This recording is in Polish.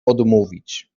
odmówić